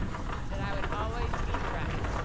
that i would always be direct,